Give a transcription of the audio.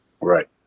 right